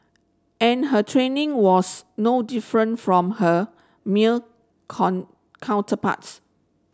and her training was no different from her meal counterparts